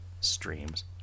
streams